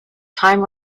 time